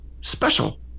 special